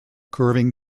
curving